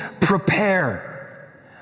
prepare